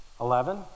Eleven